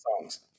songs